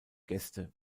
gäste